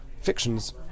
Fictions